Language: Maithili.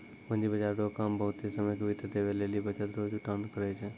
पूंजी बाजार रो काम बहुते समय के वित्त देवै लेली बचत रो जुटान करै छै